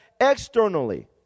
externally